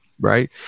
right